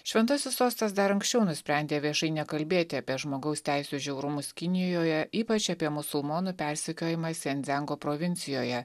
šventasis sostas dar anksčiau nusprendė viešai nekalbėti apie žmogaus teisių žiaurumus kinijoje ypač apie musulmonų persekiojimą sendzengo provincijoje